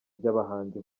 by’abahanzi